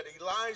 Elijah